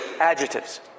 adjectives